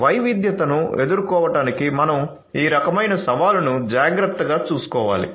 వైవిధ్యతను ఎదుర్కోవటానికి మనం ఈ రకమైన సవాలును జాగ్రత్తగా చూసుకోవాలి